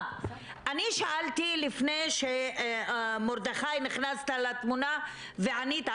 אני שאלתי לפני שמרדכי נכנסת לתמונה וענית.